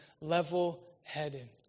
Level-Headed